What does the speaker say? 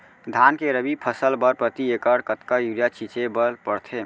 धान के रबि फसल बर प्रति एकड़ कतका यूरिया छिंचे बर पड़थे?